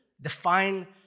Define